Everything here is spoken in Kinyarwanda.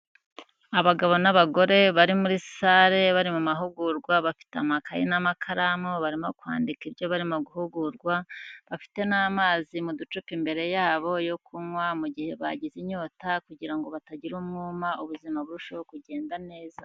Abagabo n'abagore bari muri sale bari mu mahugurwa, bafite amakaye n'amakaramu barimo kwandika ibyo barimo guhugurwa, bafite n'amazi mu ducupa imbere yabo yo kunywa mu gihe bagize inyota, kugirango batagira umwuma, ubuzima burushaho kugenda neza.